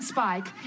Spike